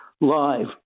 live